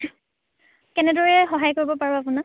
কেনেদৰে সহায় কৰিব পাৰোঁ আপোনাক